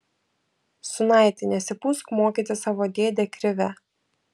sūnaiti nesipūsk mokyti savo dėdę krivę